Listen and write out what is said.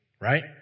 Right